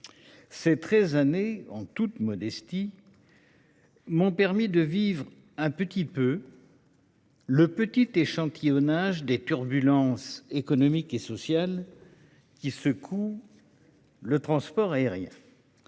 Ces treize années, en toute modestie, m'ont permis de vivre un petit échantillonnage des turbulences économiques et sociales qui secouent le monde du transport aérien.